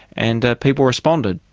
and ah people responded.